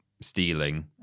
stealing